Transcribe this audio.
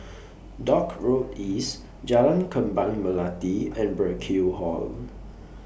Dock Road East Jalan Kembang Melati and Burkill Hall